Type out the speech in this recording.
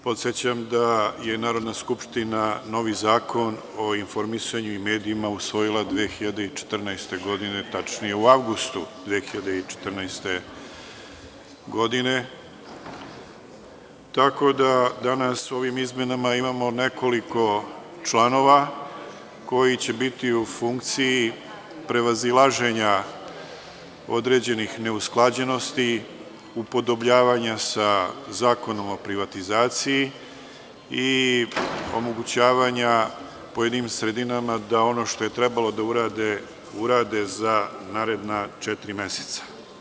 Podsećam da je Narodna skupština novi zakon o informisanju i medijima usvojila 2014. godine, tačnije u avgustu 2014. godine, tako da danas ovim izmenama imamo nekoliko članova koji će biti u funkciji prevazilaženja određenih neusklađenosti, upodobljavanja sa Zakonom o privatizaciji i omogućavanja pojedinim sredinama da ono što je trebalo da urade, urade za naredna četiri meseca.